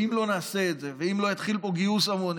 ואם לא נעשה את זה ואם לא יתחיל פה גיוס המוני,